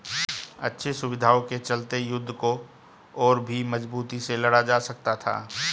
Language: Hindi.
अच्छी सुविधाओं के चलते युद्ध को और भी मजबूती से लड़ा जा सकता था